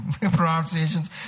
pronunciations